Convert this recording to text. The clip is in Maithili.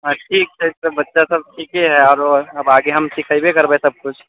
हँ ठीक छै तऽ बच्चासब ठीके हइ आओर अब आगे हम सिखेबे करबै सबकिछु